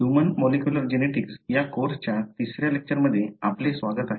human molecular genetics या कोर्सच्या तिसऱ्या लेक्चरमध्ये आपले स्वागत आहे